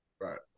Right